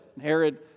Herod